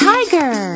Tiger